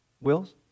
wills